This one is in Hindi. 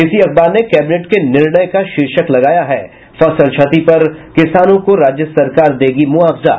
इसी अखबार ने कैंबिनेट के निर्णय का शीर्षक लगाया है फसल क्षति पर किसानों को राज्य सरकार देगी मुआवजा